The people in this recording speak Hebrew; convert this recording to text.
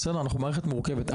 אנחנו מערכת מורכבת,